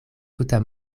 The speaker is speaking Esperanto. tuta